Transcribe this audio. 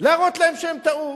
להראות להם שהם טעו,